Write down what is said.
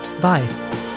Bye